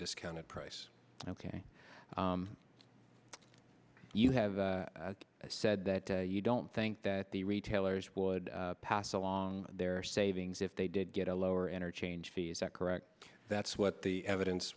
discounted price ok you have said that you don't think that the retailers would pass along their savings if they did get a lower interchange fees that correct that's what the evidence